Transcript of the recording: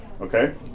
okay